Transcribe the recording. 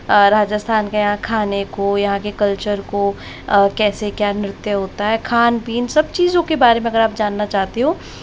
राजस्थान के यहाँ खाने को यहाँ के कल्चर को कैसे क्या नृत्य होता है खान पीने सब चीज़ों के बारे में अगर आप जानना चाहते हो